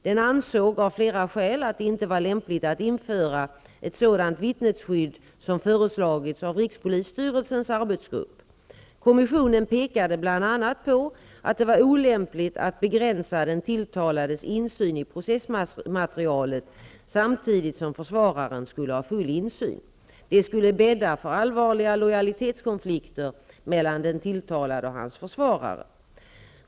Den ansåg dock av flera skäl att det inte var lämpligt att införa ett sådant vittnesskydd som föreslagits av rikspolisstyrelsens arbetsgrupp. Kommissionen pekade bl.a. på att det var olämpligt att begränsa den tilltalades insyn i processmaterialet samtidigt som försvararen skulle ha full insyn. Detta skulle bädda för allvarliga lojalitetskonflikter mellan den tilltalade och hans försvarare.